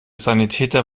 sanitäter